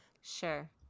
Sure